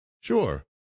sure